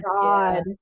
god